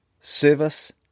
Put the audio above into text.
service